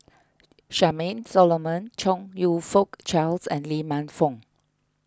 Charmaine Solomon Chong You Fook Charles and Lee Man Fong